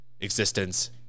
existence